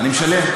אני משלם.